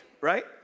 right